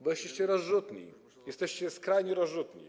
Bo jesteście rozrzutni, jesteście skrajnie rozrzutni.